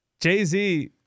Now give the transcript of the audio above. Jay-Z